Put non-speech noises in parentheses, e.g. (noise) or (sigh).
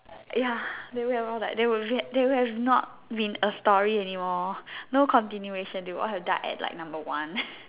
ya they would have all died they would yet they would have not been a story anymore no continuation they would have all died at like number one (laughs)